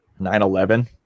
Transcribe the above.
9-11